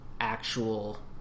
actual